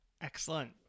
Excellent